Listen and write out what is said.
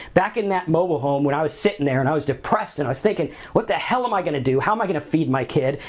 back in that mobile home when i was sitting there and i was depressed and i was thinking what the hell am i gonna do, how am i gonna feed my kid?